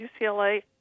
UCLA